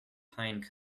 pine